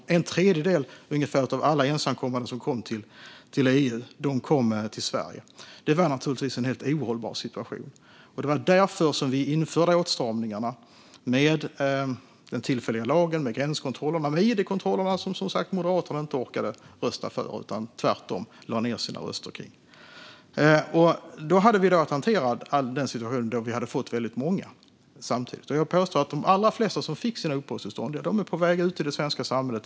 Ungefär en tredjedel av alla ensamkommande som kom till EU kom till Sverige. Det var naturligtvis en helt ohållbar situation, och det var därför vi införde åtstramningarna med den tillfälliga lagen, gränskontrollerna och id-kontrollerna, som Moderaterna som sagt var inte orkade rösta för utan tvärtom lade ned sina röster kring. Vi hade alltså att hantera en situation då vi hade fått väldigt många samtidigt. Jag vågar alltså påstå att de allra flesta som fick sina uppehållstillstånd då är på väg ut i det svenska samhället.